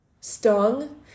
stung